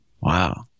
Wow